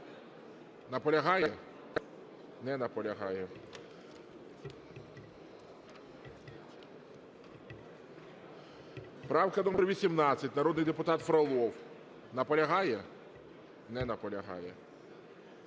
Наполягає? Не наполягає. Правка номер 18, народний депутат Фролов. Наполягає? Не наполягає.